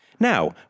Now